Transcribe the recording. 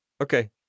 Okay